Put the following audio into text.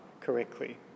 correctly